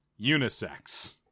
unisex